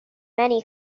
many